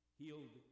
healed